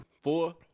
four